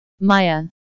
Maya